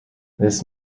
this